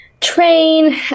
train